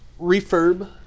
refurb